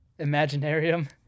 Imaginarium